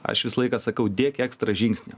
aš visą laiką sakau dėk ekstra žingsnį